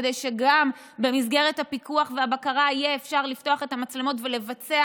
כדי שגם במסגרת הפיקוח והבקרה אפשר יהיה לפתוח את המצלמות ולבצע